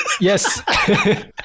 Yes